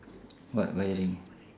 what wiring